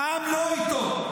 העם לא איתו.